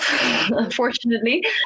unfortunately